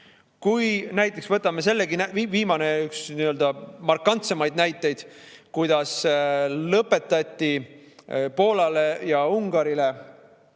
Näiteks võtame selle, üks viimaseid markantsemaid näiteid, kuidas lõpetati Poolale ja Ungarile